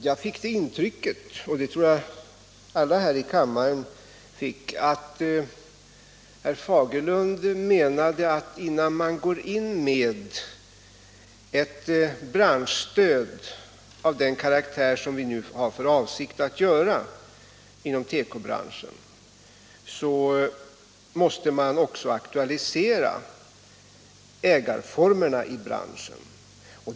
Jag fick det intrycket, och det tror jag gäller alla här i kammaren, att herr Fagerlund menade att man, innan man inom tekobranschen går in med ett branschstöd av det slag som nu är aktuellt, också måste aktualisera ägarformerna i branschen.